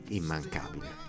immancabile